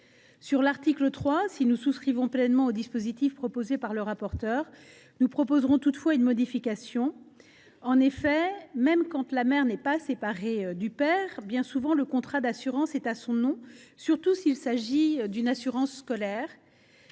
l’article 3, si nous souscrivons pleinement au dispositif proposé par M. le rapporteur, nous proposons toutefois une modification. En effet, même quand la mère n’est pas séparée du père, bien souvent le contrat d’assurance est à son nom, surtout s’il s’agit d’une assurance scolaire.